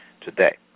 today